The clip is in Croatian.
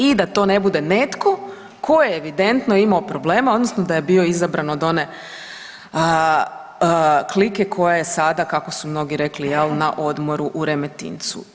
I da to ne bude netko tko je evidentno imao problema odnosno da je bio izabran od one klike koja je sada kako su mnogi rekli na odmoru u Remetincu.